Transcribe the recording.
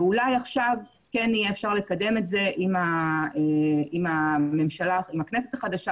ואולי עכשיו כן אפשר יהיה לקדם את זה עם הכנסת החדשה,